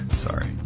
Sorry